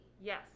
Yes